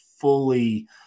fully